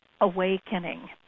awakening